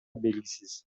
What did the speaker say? белгисиз